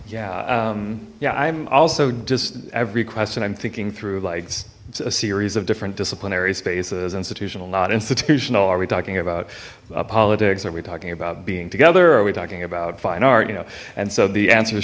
yeah yeah i'm also just every question i'm thinking through like a series of different disciplinary spaces institutional not institutional are we talking about politics are we talking about being together are we talking about fine art you know and so the answers